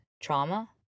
trauma